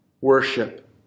worship